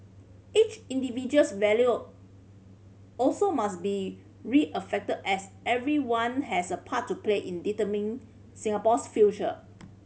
each individual's value also must be as everyone has a part to play in determining Singapore's future